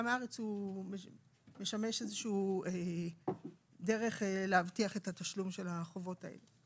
מהארץ הוא משמש איזושהי דרך להבטיח את התשלום של החובות האלה.